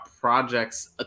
projects